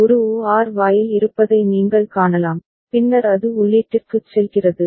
ஒரு OR வாயில் இருப்பதை நீங்கள் காணலாம் பின்னர் அது உள்ளீட்டிற்குச் செல்கிறது